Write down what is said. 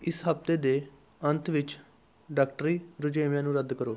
ਇਸ ਹਫਤੇ ਦੇ ਅੰਤ ਵਿੱਚ ਡਾਕਟਰੀ ਰੁਝੇਵਿਆਂ ਨੂੰ ਰੱਦ ਕਰੋ